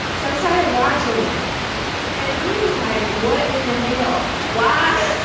so i started watching it and i was like, what in the hell? why?